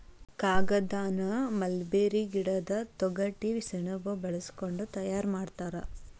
ಕಾಗದಾನ ಮಲ್ಬೇರಿ ಗಿಡದ ತೊಗಟಿ ಸೆಣಬ ಬಳಸಕೊಂಡ ತಯಾರ ಮಾಡ್ತಾರ